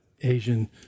Asian